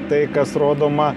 tai kas rodoma